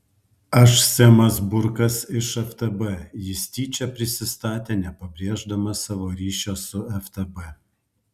aš semas burkas iš ftb jis tyčia prisistatė nepabrėždamas savo ryšio su ftb